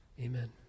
Amen